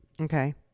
Okay